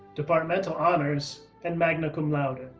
departmental honors, and magna cum laude.